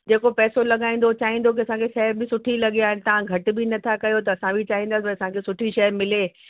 जेको पैसो लॻाईंदो चाहींदो की असां कंहिं शइ बि सुठी लॻे हाणे तव्हां घटि बि नथा कयो त असां बि चाहींदा त असांखे सुठी शइ मिले